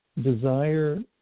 desire